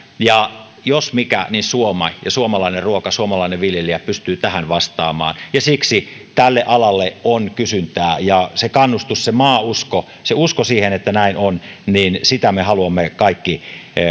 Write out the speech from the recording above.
jos mikä niin suomi ja suomalainen ruoka suomalainen viljelijä pystyy tähän vastaamaan siksi tälle alalle on kysyntää sitä kannustusta sitä maauskoa uskoa siihen että näin on me haluamme kaikki